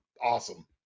awesome